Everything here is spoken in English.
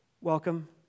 welcome